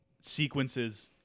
sequences